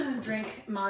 drink